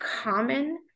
common